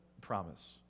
promise